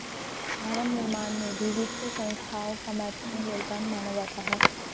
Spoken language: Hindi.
भवन निर्माण में भी वित्तीय संस्थाओं का महत्वपूर्ण योगदान माना जाता है